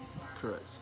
correct